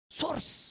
Source